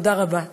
תודה רבה.